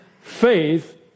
faith